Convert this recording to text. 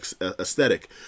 aesthetic